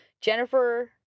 Jennifer